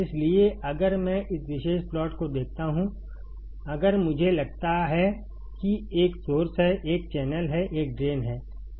इसलिए अगर मैं इस विशेष प्लॉट को देखता हूं लेकिन मुझे लगता है कि एक सोर्स है एक चैनल है एक ड्रेन है